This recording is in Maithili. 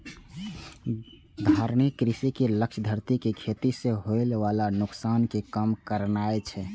धारणीय कृषि के लक्ष्य धरती कें खेती सं होय बला नुकसान कें कम करनाय छै